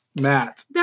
Matt